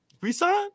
resign